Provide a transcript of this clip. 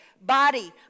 body